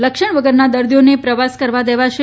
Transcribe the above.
લક્ષણ વગરનાં દર્દીઓને પ્રવાસ કરવા દેવાશે